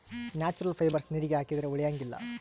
natural fibres ನೀರಿಗೆ ಹಾಕಿದ್ರೆ ಉಳಿಯಂಗಿಲ್ಲ